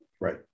Right